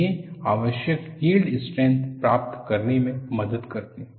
वे आवश्यक yield strength प्राप्त करने में मदद करते हैं